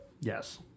yes